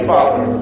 Father